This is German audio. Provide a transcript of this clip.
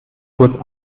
kurz